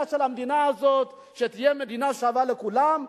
של המדינה הזאת שתהיה מדינה שווה לכולם,